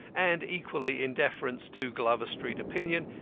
and, equally in deference to glover street opinion,